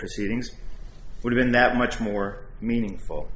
proceedings would have been that much more meaningful